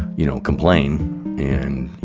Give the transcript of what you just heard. you know, complain and, you